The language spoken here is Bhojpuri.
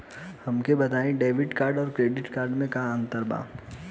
हमका बताई डेबिट कार्ड और क्रेडिट कार्ड में का अंतर बा?